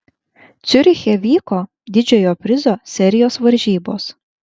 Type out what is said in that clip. ciuriche vyko didžiojo prizo serijos varžybos